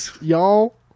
Y'all